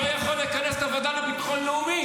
-- לא יכול לכנס את הוועדה לביטחון לאומי